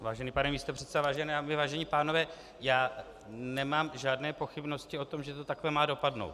Vážený pane místopředsedo, vážené dámy, vážení pánové, já nemám žádné pochybnosti o tom, že to takhle má dopadnout.